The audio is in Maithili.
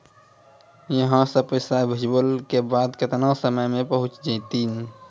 यहां सा पैसा भेजलो के बाद केतना समय मे पहुंच जैतीन?